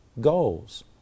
goals